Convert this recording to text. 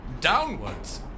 Downwards